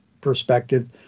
perspective